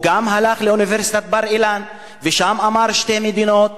גם הוא הלך לאוניברסיטת בר-אילן ושם אמר "שתי מדינות",